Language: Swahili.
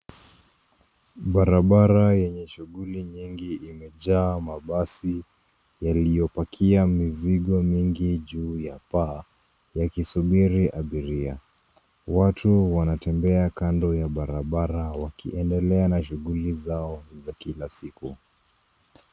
Barabara yenye shughuli nyingi imejaa mabasi yaliyopakia mizigo mingi juu ya paa yakisubiri abiria. Watu wanatembea kando ya barabara wakiendelea na shughuli zao za kila siku.